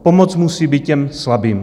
Pomoc musí být těm slabým.